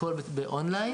הכל באונליין.